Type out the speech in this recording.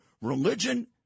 Religion